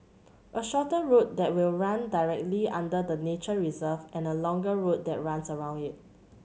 a shorter route that will run directly under the nature reserve and a longer route that runs around it